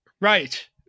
right